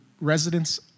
residents